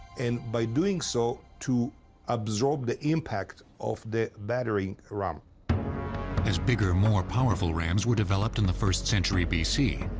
and by doing so, to absorb the impact of the battering ram. narrator as bigger, more powerful rams were developed in the first century bc,